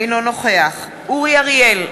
אינו נוכח אורי אריאל,